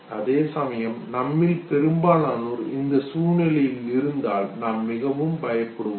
அதேசமயம் நம்மில் பெரும்பாலானோர் இந்த சூழ்நிலையில் இருந்தால் நாம் மிகவும் பயப்படுவோம்